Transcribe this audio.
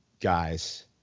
guys